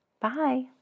Bye